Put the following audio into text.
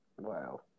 Wow